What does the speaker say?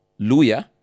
Luya